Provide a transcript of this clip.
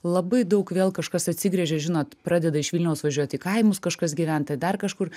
labai daug vėl kažkas atsigręžia žinot pradeda iš vilniaus važiuot į kaimus kažkas gyvent tai dar kažkur